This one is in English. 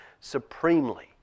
supremely